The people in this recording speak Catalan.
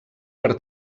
per